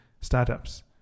startups